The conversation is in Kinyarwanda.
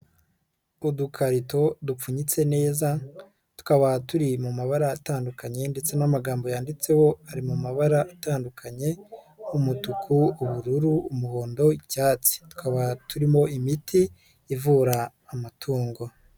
Udukarito dupfunyitse neza tukaba turi mu mabara atandukanye ndetse n'amagambo yanditseho ari mu mabara atandukanye: umutuku, ubururu, umuhondo, icyatsi, tukaba turimo imiti ivura amatungo.